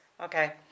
okay